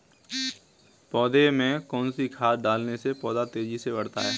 पौधे में कौन सी खाद डालने से पौधा तेजी से बढ़ता है?